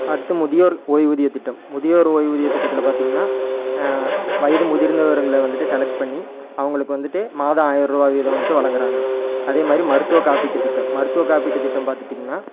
அடுத்து முதியோர் ஓய்வூதியத் திட்டம் முதியோர் ஓய்வூதியத் திட்டத்தில் பார்த்திங்கன்னா வயது முதிர்ந்தவர்களை வந்துவிட்டு செலக்ட் பண்ணி அவங்களுக்கு வந்துவிட்டு மாதம் ஆயிர்ரூவா வீதம் வந்துவிட்டு வழங்குறாங்க அதே மாரி மருத்துவக் காப்பீட்டுத் திட்டம் மருத்துவக் காப்பீட்டுத் திட்டம் பார்த்துட்டிங்கன்னா